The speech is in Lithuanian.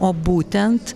o būtent